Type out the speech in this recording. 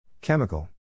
chemical